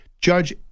Judge